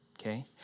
okay